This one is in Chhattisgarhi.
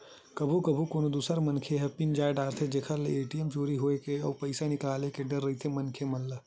कभू कभू कोनो दूसर मनखे ह पिन जान डारथे जेखर ले ए.टी.एम चोरी होए के अउ पइसा निकाले के डर रहिथे मनखे मन ल